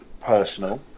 personal